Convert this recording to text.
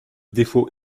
défaut